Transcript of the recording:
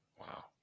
Wow